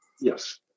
Yes